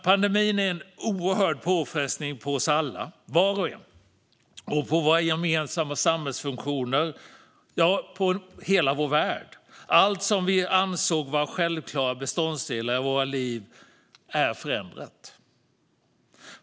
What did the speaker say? Pandemin är en oerhörd påfrestning för oss alla - var och en - och på våra gemensamma samhällsfunktioner, på hela vår värld. Allt som vi ansåg vara självklara beståndsdelar i våra liv är förändrat.